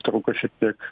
trūko šiek tiek